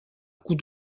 coups